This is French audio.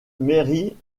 mairie